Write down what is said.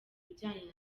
bijyanye